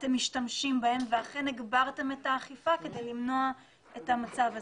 אתם משתמשים בהם ואכן הגברתם את האכיפה כדי למנוע את המצב הזה?